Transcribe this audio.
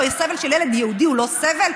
או סבל של ילד יהודי הוא לא סבל?